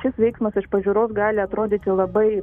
šis veiksmas iš pažiūros gali atrodyti labai